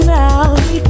now